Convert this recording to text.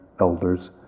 elders